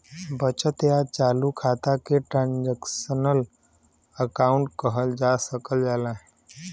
बचत या चालू खाता के ट्रांसक्शनल अकाउंट कहल जा सकल जाला